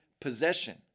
possession